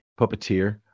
puppeteer